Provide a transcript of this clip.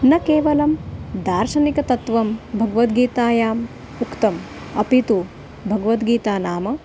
न केवलं दार्शनिकतत्त्वं भगवद्गीतायाम् उक्तम् अपि तु भगवद्गीता नाम